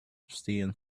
abstain